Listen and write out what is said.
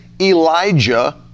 Elijah